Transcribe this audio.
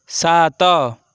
ସାତ